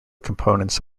components